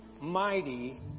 Mighty